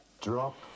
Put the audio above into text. Drop